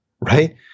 Right